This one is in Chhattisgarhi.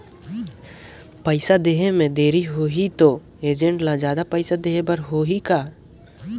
पइसा देहे मे देरी होही तो एजेंट ला जादा पइसा देही बर होही का?